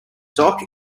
dock